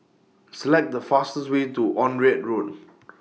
Select The fastest Way to Onraet Road